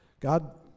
God